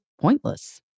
pointless